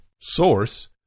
source